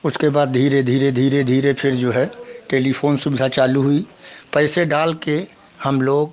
उसके बाद धीरे धीरे धीरे धीरे फिर जो है टेलीफोन सुविधा चालू हुई पैसे डाल कर हम लोग